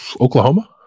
Oklahoma